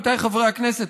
עמיתיי חברי הכנסת,